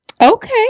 Okay